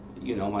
you know,